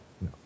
no